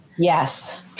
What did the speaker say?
Yes